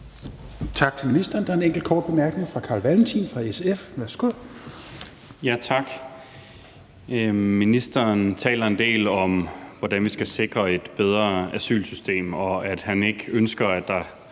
Tak til ministeren. Der er en enkelt kort bemærkning fra Carl Valentin fra SF. Værsgo. Kl. 13:02 Carl Valentin (SF): Tak. Ministeren taler en del om, hvordan vi skal sikre et bedre asylsystem, og at han ikke ønsker, at det